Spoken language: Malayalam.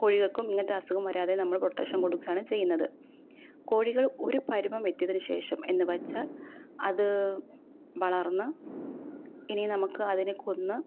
കോഴികൾക്കും ഇങ്ങനത്തെ അസുഖം വരാതെ നമ്മൾ പ്രൊട്ടക്ഷൻ കൊടുക്കുകയാണ് ചെയ്യുന്നത് കോഴികൾ ഒരു പരുവം എത്തിയതിനു ശേഷം എന്നു വെച്ചാൽ അതു വളർന്ന് ഇനി നമുക്ക് അതിനെ കൊന്ന്